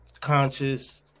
conscious